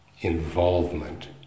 involvement